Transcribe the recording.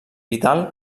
vital